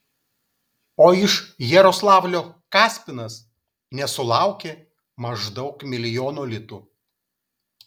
o iš jaroslavlio kaspinas nesulaukė maždaug milijono litų